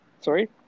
Sorry